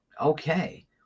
okay